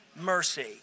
mercy